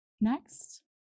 next